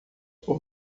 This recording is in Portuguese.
por